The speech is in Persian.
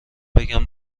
بگم